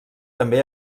també